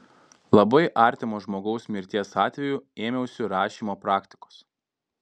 labai artimo žmogaus mirties atveju ėmiausi rašymo praktikos